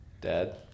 dad